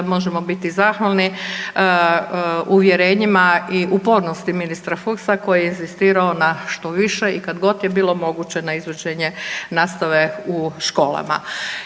možemo biti zahvalni uvjerenjima i upornosti ministra Fuchsa koji je inzistirao na što više i kad god je bilo moguće na izvođenje nastave u školama.